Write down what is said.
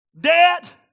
Debt